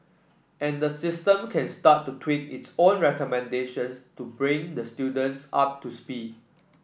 and the system can start to tweak its own recommendations to bring the students up to speed